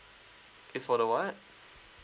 it's for the what